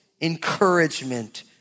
encouragement